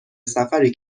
سفری